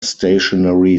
stationary